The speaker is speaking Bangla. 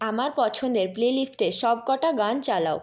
আমার পছন্দের প্লেলিস্টের সবকটা গান চালাও